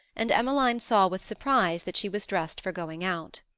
and emmeline saw with surprise that she was dressed for going out.